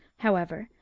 however,